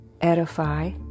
edify